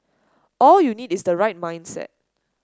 all you need is the right mindset